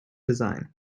design